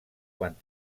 quan